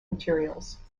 materials